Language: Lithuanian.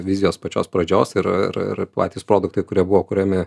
vizijos pačios pradžios ir ir ir patys produktai kurie buvo kuriami